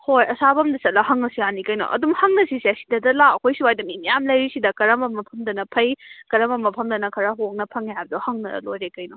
ꯍꯣꯏ ꯁꯥꯐꯝꯗ ꯆꯠꯂꯒ ꯍꯪꯉꯁꯨ ꯌꯥꯅꯤ ꯀꯩꯅꯣ ꯑꯗꯨꯝ ꯍꯪꯉꯁꯤꯁꯦ ꯁꯤꯗꯗ ꯂꯥꯛꯑꯣ ꯑꯩꯈꯣꯏ ꯁ꯭ꯋꯥꯏꯗ ꯃꯤ ꯃꯌꯥꯝ ꯂꯩꯔꯤꯁꯤꯗ ꯀꯔꯝꯕ ꯃꯐꯝꯗꯅ ꯐꯩ ꯀꯔꯝꯕ ꯃꯐꯝꯗꯅ ꯈꯔ ꯍꯣꯡꯅ ꯐꯪꯉꯦ ꯍꯥꯏꯕꯗꯣ ꯍꯪꯅꯔ ꯂꯣꯏꯔꯦ ꯀꯩꯅꯣ